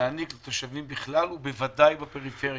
להעניק לתושבים בכלל ובוודאי בפריפריה.